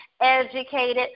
educated